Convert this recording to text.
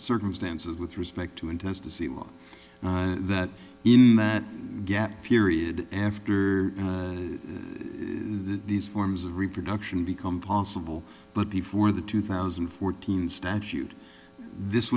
circumstances with respect to interest to see that in that gap period after these forms of reproduction become possible but before the two thousand and fourteen statute this